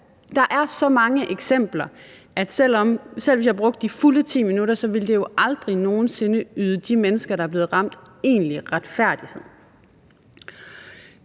der er så mange eksempler, at selv hvis jeg brugte de fulde 10 minutter, ville det jo aldrig nogen sinde yde de mennesker, der er blevet ramt, egentlig retfærdighed.